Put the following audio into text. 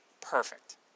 perfect